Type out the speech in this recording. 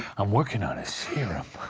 i'm working on a serum.